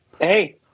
Hey